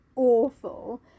Awful